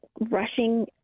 rushing